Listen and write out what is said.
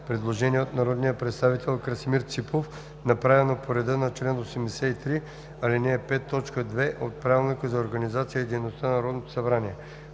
Предложение на народния представител Красимир Ципов, направено по реда на чл. 83, ал. 5, т. 2 от Правилника за организацията и дейността на Народното събрание.